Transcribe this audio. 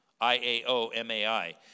I-A-O-M-A-I